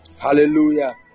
Hallelujah